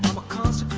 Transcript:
because